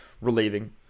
relieving